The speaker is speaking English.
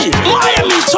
Miami